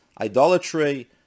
idolatry